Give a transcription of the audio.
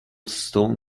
stone